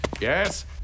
Yes